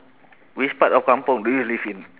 which part of kampung do you live in